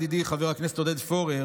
ידידי חבר הכנסת עודד פורר,